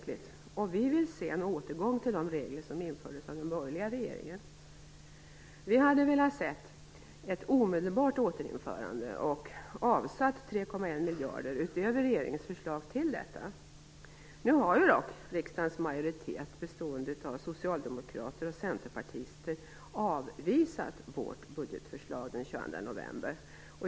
Vi i Folkpartiet vill se en återgång till de regler som infördes av den borgerliga regeringen. Vi hade velat se ett omedelbart återinförande, och vi hade avsatt 3,1 miljarder kronor utöver regeringens förslag till detta. Nu avvisade dock riksdagens majoritet bestående av socialdemokrater och centerpartister vårt budgetförslag den 22 november.